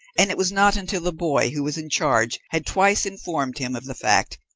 and it was not until the boy who was in charge had twice informed him of the fact,